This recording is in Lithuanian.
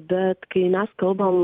bet kai mes kalbam